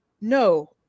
no